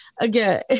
again